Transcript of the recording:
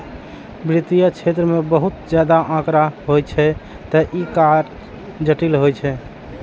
वित्तीय क्षेत्र मे बहुत ज्यादा आंकड़ा होइ छै, तें ई काज जटिल होइ छै